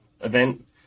event